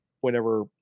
whenever